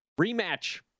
Rematch